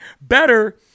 Better